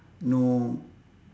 no